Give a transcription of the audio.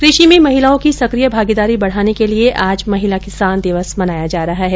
कृषि में महिलाओं की सक्रिय भागीदारी बढ़ाने के लिए आज महिला किसान दिवस मनाया जा रहा है